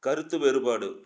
கருத்து வேறுபாடு